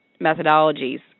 methodologies